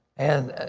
and